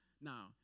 Now